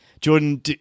Jordan